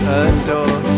adore